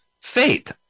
Faith